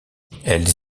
elles